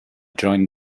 joined